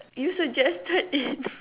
you suggested it